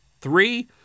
Three